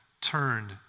turned